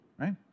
right